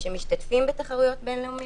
שמשתתפים בתחרויות בין-לאומיות.